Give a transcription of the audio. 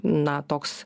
na toks